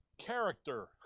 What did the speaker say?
Character